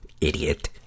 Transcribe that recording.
Idiot